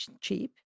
cheap